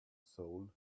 soul